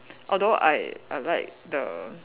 although I I like the